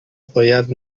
باید